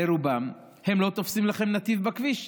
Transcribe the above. לרובם, הם לא תופסים לכם נתיב בכביש.